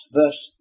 verse